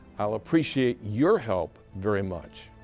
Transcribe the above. i'll appreciate your help very much.